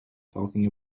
talking